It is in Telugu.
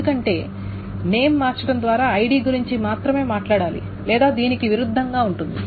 ఎందుకంటే నేమ్ మార్చడం ద్వారా ఐడి గురించి మాత్రమే మాట్లాడాలి లేదా దీనికి విరుద్ధంగా ఉంటుంది